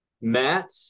Matt